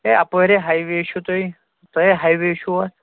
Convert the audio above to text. ہے اَپٲرے ہایوے چھُ تۄہہِ تۄہے ہایوے چھُو اَتھ